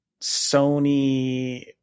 Sony